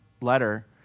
letter